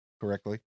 correctly